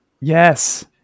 Yes